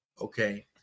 okay